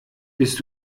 bist